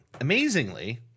amazingly